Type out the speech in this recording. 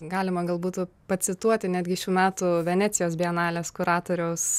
galima gal būtų pacituoti netgi šių metų venecijos bienalės kuratoriaus